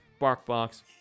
Barkbox